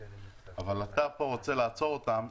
אדוני, אני רוצה להציע הצעה.